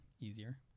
easier